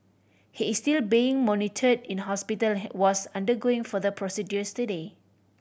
he is still being monitored in hospital was undergoing further procedures today